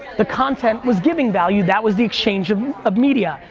the content was giving value, that was the exchange um of media.